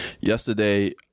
yesterday